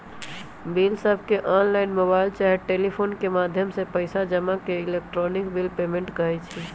बिलसबके online, mobile चाहे telephone के माध्यम से पइसा जमा के इलेक्ट्रॉनिक बिल पेमेंट कहई छै